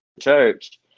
church